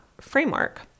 framework